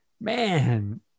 man